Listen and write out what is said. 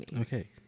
Okay